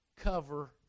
cover